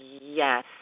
Yes